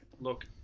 look